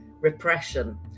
repression